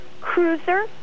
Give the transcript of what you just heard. cruiser